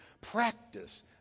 Practice